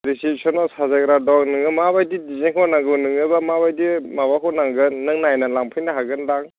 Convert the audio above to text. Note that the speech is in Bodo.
रिसिपसनआव साजायग्रा दं नोंनो माबायदि दिजाइनखौ नांगौ नोंनोबा माबायदि माबाखौ नांगोन नों नायनानै लांफैनो हागोन दां